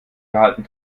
verhalten